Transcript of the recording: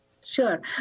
Sure